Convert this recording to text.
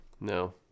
No